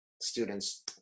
students